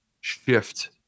shift